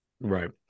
right